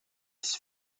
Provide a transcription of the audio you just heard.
his